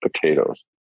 potatoes